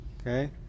okay